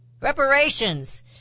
Reparations